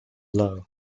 low